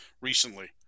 recently